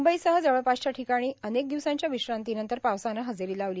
मुंबई सह जवळपासच्या ठिकाणी अनेक दिवसांच्या विश्रांतीनंतर पावसानं हजेरी लावली